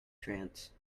trance